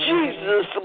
Jesus